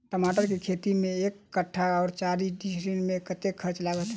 टमाटर केँ खेती मे एक कट्ठा वा चारि डीसमील मे कतेक खर्च लागत?